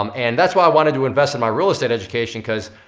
um and that's why i wanted to invest in my real estate education cause,